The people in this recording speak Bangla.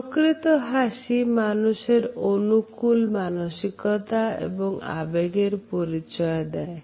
প্রকৃত হাসি মানুষের অনুকূল মানসিকতা এবং আবেগের পরিচয় দেয়